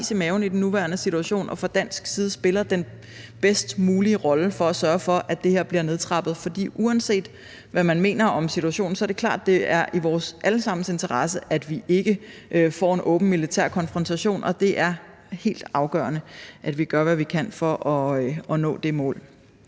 i maven i den nuværende situation og fra dansk side spiller den bedst mulige rolle for at sørge for, at det her bliver nedtrappet. For uanset hvad man mener om situationen, er det klart, at det er i vores alle sammens interesse, at vi ikke får en åben militær konfrontation, og det er helt afgørende, at vi gør, hvad vi kan, for at nå det mål.